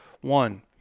One